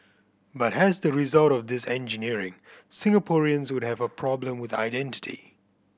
but as the result of this engineering Singaporeans would have a problem with identity